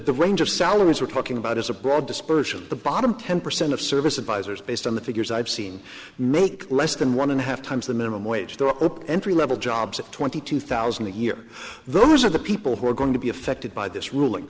the range of salaries we're talking about is a broad dispersion the bottom ten percent of service advisors based on the figures i've seen make less than one and a half times the minimum wage they're up entry level jobs at twenty two thousand a year those are the people who are going to be affected by this ruling